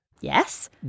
Yes